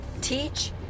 teach